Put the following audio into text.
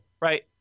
right